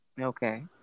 Okay